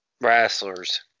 wrestlers